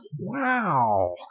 Wow